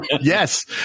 Yes